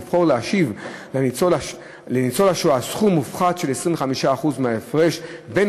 לבחור להשיב לניצול השואה סכום מופחת של 25% מההפרש בין